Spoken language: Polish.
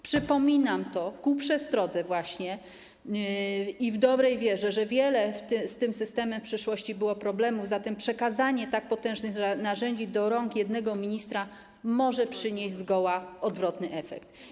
Przypominam to właśnie ku przestrodze i w dobrej wierze, że wiele z tym systemem w przeszłości było problemów, zatem przekazanie tak potężnych narzędzi w ręce jednego ministra może przynieść zgoła odwrotny efekt.